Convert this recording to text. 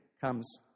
comes